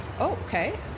okay